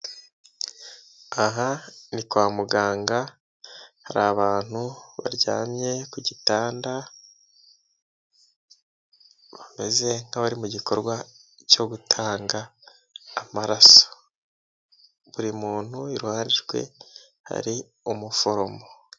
Aha ni kwa muganga hari abantu baryamye ku gitanda, bameze nk'abari mu gikorwa cyo gutanga amaraso, buri muntu iruhande rwe hari umuforomo.